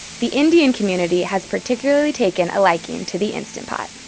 the indian community has particularly taken a liking to the instant pot.